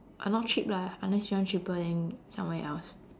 uh not cheap lah unless you want cheaper then somewhere else